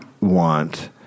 want